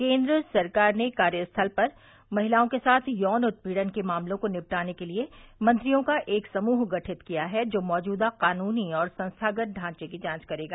केन्द्र सरकार ने कार्यस्थल पर महिलाओं के साथ यौन उत्पीड़न के मामलों को निपटाने के लिए मंत्रियों का एक समूह गठित किया है जो मौजूदा कानूनी और संस्थागत ढांचे की जांच करेगा